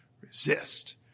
resist